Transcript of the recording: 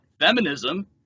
feminism